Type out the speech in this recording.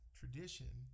tradition